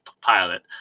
pilot